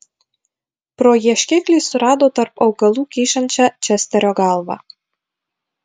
pro ieškiklį surado tarp augalų kyšančią česterio galvą